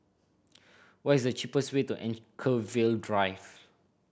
what is the cheapest way to Anchorvale Drive